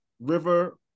River